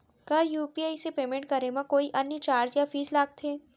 का यू.पी.आई से पेमेंट करे म कोई अन्य चार्ज या फीस लागथे?